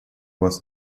вас